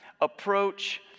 approach